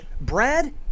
Brad